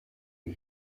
die